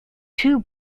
two